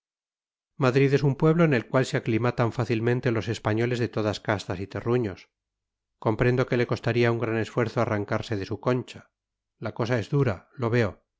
madrid es un pueblo en el cual se aclimatan fácilmente los españoles de todas castas y terruños comprendo que le costaría un gran esfuerzo arrancarse de su concha la cosa es dura lo veo